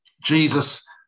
Jesus